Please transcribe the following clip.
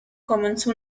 comenzó